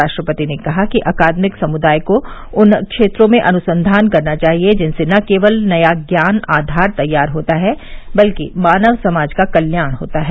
राष्ट्रपति ने कहा कि अकादमिक समुदाय को उन क्षेत्रों में अनुसंधान करना चाहिए जिनसे न केवल नया ज्ञान आधार तैयार होता है बल्क मानव समाज का कल्याण होता है